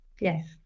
Yes